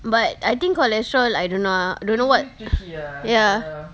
but I think cholesterol I don't know ah don't know what ya